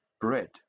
bread